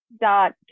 dot